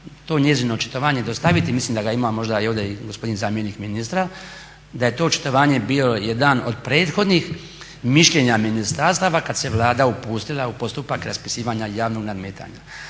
to njezino očitovanje dostaviti, mislim da ga ima možda i ovdje gospodin zamjenik ministra. Da je to očitovanje bilo jedna od prethodnih mišljenja ministarstva kad se Vlada upustila u postupak raspisivanja javnog nadmetanja.